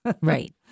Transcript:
right